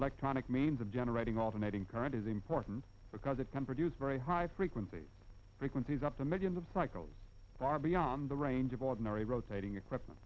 tronic means of generating alternating current is important because it can produce very high frequency frequencies up to millions of cycles far beyond the range of ordinary rotating equipment